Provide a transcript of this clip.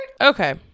okay